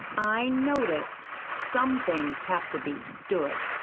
i notice some things have to be stood,